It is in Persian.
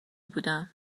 بودم